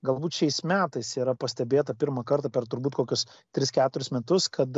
galbūt šiais metais yra pastebėta pirmą kartą per turbūt kokius tris keturis metus kad